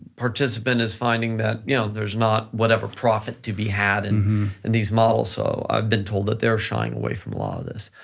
participant is finding that yeah there's not whatever profit to be had, and these models, so i've been told, that they're shying away from all ah this.